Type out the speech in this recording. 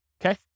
Okay